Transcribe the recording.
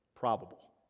probable